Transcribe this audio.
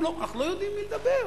אנחנו לא יודעים עם מי לדבר.